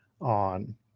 on